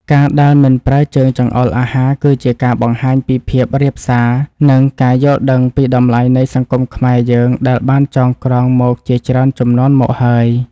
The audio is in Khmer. ការដែលមិនប្រើជើងចង្អុលអាហារគឺជាការបង្ហាញពីភាពរាបសារ និង ការយល់ដឹងពីតម្លៃនៃសង្គមខ្មែរយើងដែលបានចងក្រងមកជាច្រើនជំនាន់មកហើយ។